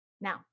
Now